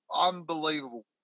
unbelievable